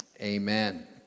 Amen